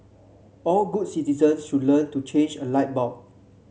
all good citizens should learn to change a light bulb